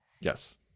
Yes